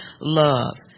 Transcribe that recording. love